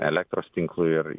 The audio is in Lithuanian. elektros tinklui ir